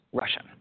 Russian